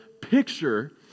picture